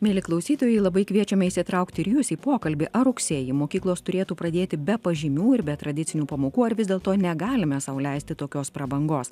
mieli klausytojai labai kviečiame įsitraukti ir jus į pokalbį ar rugsėjį mokyklos turėtų pradėti be pažymių ir be tradicinių pamokų ar vis dėlto negalime sau leisti tokios prabangos